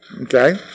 Okay